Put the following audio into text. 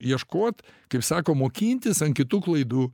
ieškot kaip sako mokintis ant kitų klaidų